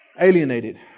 Alienated